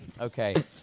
Okay